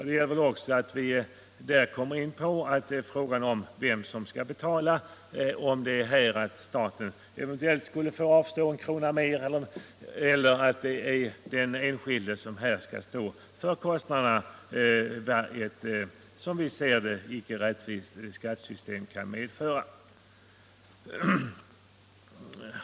Där kommer vi emellertid också in på frågan vem som skall betala, om det är staten som eventuellt skall avstå eller om det är den enskilde som skall stå för de kostnader som ett - som vi ser det — icke rättvist skattesystem medför.